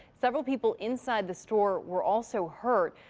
several people inside the store were also hurt.